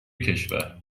کشور